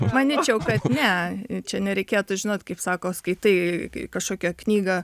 manyčiau kad ne čia nereikėtų žinot kaip sako skaitai kažkokią knygą